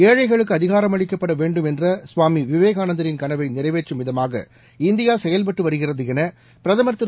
ஏழைகளுக்கு அதிகாரமளிக்கப்பட வேண்டும் என்ற சுவாமி விவேகானந்தரின் கனவை நிறைவேற்றும் விதமாக இந்தியா செயல்பட்டு வருகிறது என பிரதமர் திரு